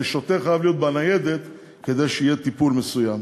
ששוטר חייב להיות בניידת כדי שיהיה טיפול מסוים.